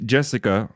Jessica